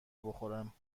بخورم